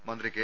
മന്ത്രി കെ